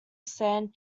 san